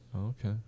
Okay